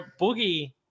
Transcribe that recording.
Boogie